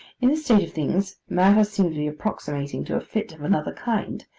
in this state of things, matters seem to be approximating to a fix of another kind,